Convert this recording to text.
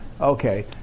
Okay